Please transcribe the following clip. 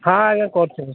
ହଁ ଆଜ୍ଞା କରୁଛି